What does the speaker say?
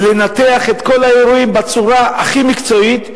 ולנתח את כל האירועים בצורה הכי מקצועית.